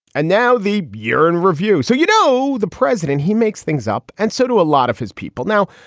and now the year in review. so, you know, the president, he makes things up and so do a lot of his people now.